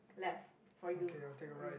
left for you um